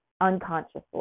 unconsciously